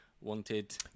wanted